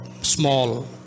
small